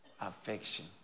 affection